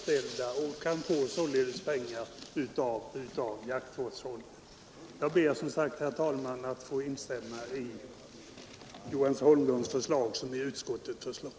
Till detta kan det således anslås pengar från jaktvårdsfonden. Jag ber än en gång, herr talman, att få yrka bifall till herr Johanssons i Holmgården förslag, som sammanfaller med utskottets förslag.